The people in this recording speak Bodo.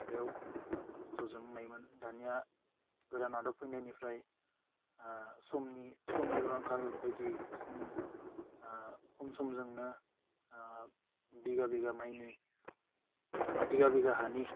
बेयाव मोसौजोंनो नायोमोन दानिया गोदान आदब फैनायनिफ्राइ समनि समनिबो आंखाल बायदि खम समजोंनो बिगा बिगा माइनि बिगा बिगा हानि